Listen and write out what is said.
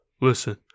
listen